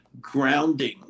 grounding